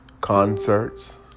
concerts